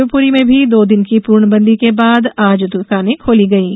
शिवपुरी में भी दो दिन की पूर्णबंदी के बाद आज द्कानें खोली गईं